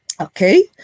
Okay